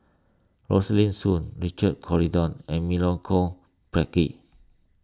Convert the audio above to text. Rosaline Soon Richard Corridon and Milenko Prvacki